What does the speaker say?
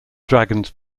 dragons